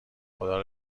خدا